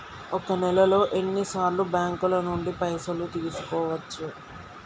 ఒక నెలలో ఎన్ని సార్లు బ్యాంకుల నుండి పైసలు తీసుకోవచ్చు?